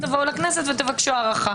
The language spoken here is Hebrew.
אז תבואו לכנסת ותבקשו הארכה.